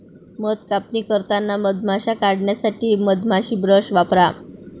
मध कापणी करताना मधमाश्या काढण्यासाठी मधमाशी ब्रश वापरा